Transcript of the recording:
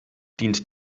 dient